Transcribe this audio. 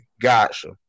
Gotcha